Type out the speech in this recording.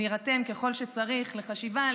נירתם ככל שצריך לחשיבה,